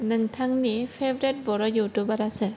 नोंथांनि फेभरेथ बर' इउथुबारा सोर